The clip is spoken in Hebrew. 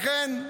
לכן,